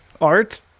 art